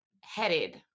headed